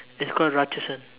it's called Ratchasan